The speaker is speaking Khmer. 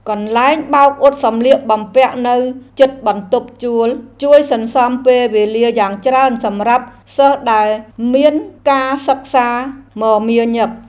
កន្លែងបោកអ៊ុតសម្លៀកបំពាក់នៅជិតបន្ទប់ជួលជួយសន្សំពេលវេលាយ៉ាងច្រើនសម្រាប់សិស្សដែលមានការសិក្សាមមាញឹក។